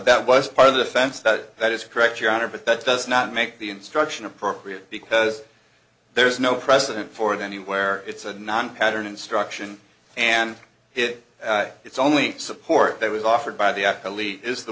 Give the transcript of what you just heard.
that was part of the fence that that is correct your honor but that does not make the instruction appropriate because there is no precedent for the anywhere it's a non pattern instruction and it it's only support that was offered by the i believe is the